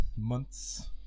months